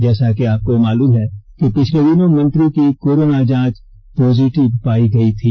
जैसा कि आपको मालूम है कि पिछले दिनों मंत्री की कोरोना जांच पॉजिटिव पायी गयी थी